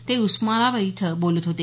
ते उस्मानाबाद इथं बोलत होते